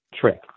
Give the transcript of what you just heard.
trick